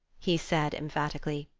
he said emphatically.